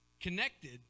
connected